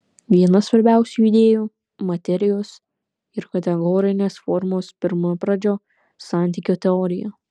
viena svarbiausių idėjų materijos ir kategorinės formos pirmapradžio santykio teorija